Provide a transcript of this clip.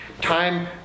Time